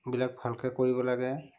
বিলাক ভালকে কৰিব লাগে